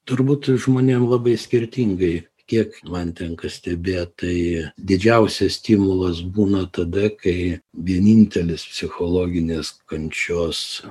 turbūt žmonėm labai skirtingai kiek man tenka stebėt tai didžiausias stimulas būna tada kai vienintelis psichologinės kančios